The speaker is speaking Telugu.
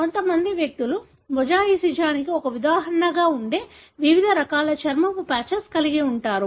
కొంతమంది వ్యక్తులు మొజాయిసిజానికి ఒక ఉదాహరణగా ఉండే వివిధ రకాల చర్మపు పాచెస్ కలిగి ఉంటారు